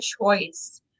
choice